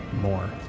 more